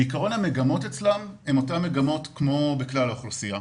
בעיקרון המגמות אצלם הן אותן מגמות כמו בכלל האוכלוסייה,